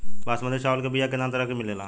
बासमती चावल के बीया केतना तरह के मिलेला?